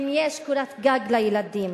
אם יש קורת גג לילדים.